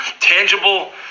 tangible